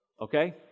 Okay